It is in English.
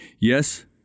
yes